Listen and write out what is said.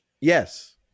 Yes